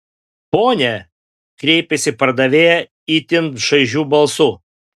pone kreipėsi pardavėja itin šaižiu balsu